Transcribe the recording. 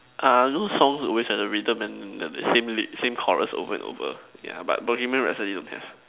err those songs always have the rhythm and the same same chorus over and over yeah but Bohemian Rhapsody don't have